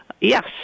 Yes